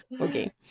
Okay